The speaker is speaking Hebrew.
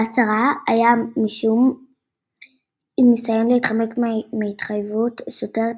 בהצהרה היה משום ניסיון להתחמק מההתחייבות סותרת